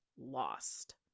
lost